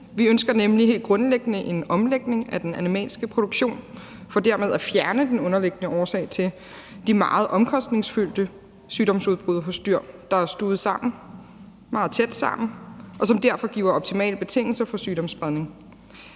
Vi ønsker nemlig helt grundlæggende en omlægning af den animalske produktion for dermed at fjerne den underliggende årsag til de meget omkostningsfyldte sygdomsudbrud hos dyr, der er stuvet meget tæt sammen, hvad der derfor giver optimale betingelser for sygdomsspredning.